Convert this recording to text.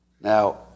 Now